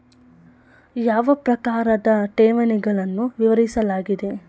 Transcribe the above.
ಯಾವ ಪ್ರಕಾರದ ಠೇವಣಿಗಳನ್ನು ವಿವರಿಸಲಾಗಿದೆ?